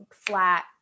flat